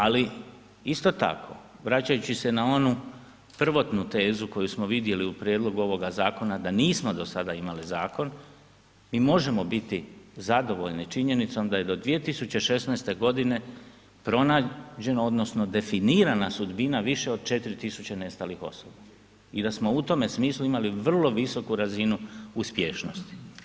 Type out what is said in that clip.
Ali isto tako vraćajući se na onu prvotnu tezu koju smo vidjeli u prijedlogu ovoga zakona da nismo do sada imali zakon, mi možemo biti zadovoljni činjenicom da je do 2016. g. pronađena odnosno definirana sudbina više od 4000 nestalih osoba i da smo u tome smislu imali vrlo visoku razinu uspješnosti.